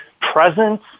presence